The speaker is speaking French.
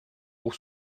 pour